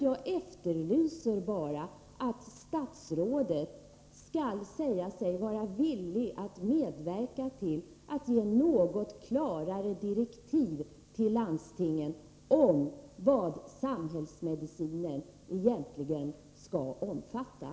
Jag efterlyser bara att statsrådet skall säga sig vara villig att medverka till att ge landstingen något Nr 78 klarare direktiv om vad samhällsmedicinen egentligen skall omfatta.